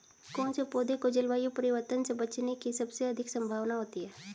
कौन से पौधे को जलवायु परिवर्तन से बचने की सबसे अधिक संभावना होती है?